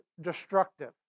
destructive